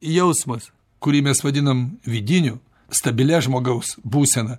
jausmas kurį mes vadinam vidiniu stabilia žmogaus būsena